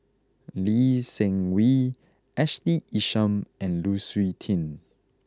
Lee Seng Wee Ashley Isham and Lu Suitin